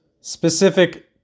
specific